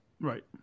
Right